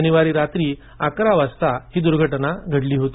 शनिवारी रात्री अकरा वाजता ही दूर्घटना घडली होती